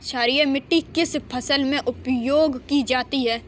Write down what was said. क्षारीय मिट्टी किस फसल में प्रयोग की जाती है?